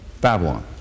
Babylon